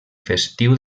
festiu